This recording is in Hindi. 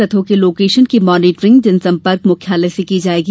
रथों के लोकेशन की मॉनिटरिंग जनसंपर्क मुख्यालय से की जायेगी